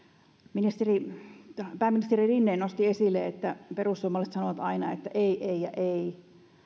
pääministeri rinne nosti esille että perussuomalaiset sanovat aina että ei ei ja ei